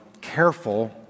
careful